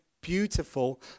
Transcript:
beautiful